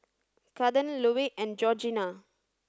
Kathern Louie and Georgina